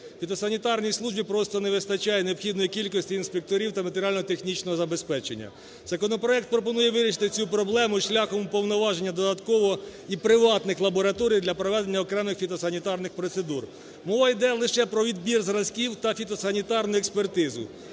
Фітосанітарній службі просто не вистачає необхідної кількості інспекторів та матеріально-технічного забезпечення. Законопроект пропонує вирішити цю проблему шляхом уповноваження додаткового і приватних лабораторій для проведення окремих фітосанітарних процедур. Мова йде лише про відбір зразків та фітосанітарну експертизу.